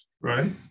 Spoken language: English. right